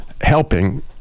helping